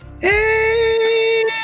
Hey